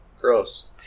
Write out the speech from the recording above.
Gross